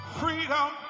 freedom